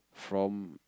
from